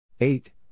Eight